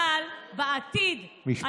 אבל בעתיד, משפט סיום.